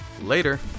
later